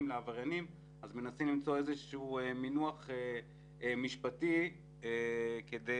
לעבריינים אז מנסים למצוא איזה מינוח משפטי כדי